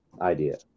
idea